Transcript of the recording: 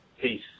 Peace